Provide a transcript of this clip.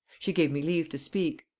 she gave me leave to speak,